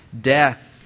death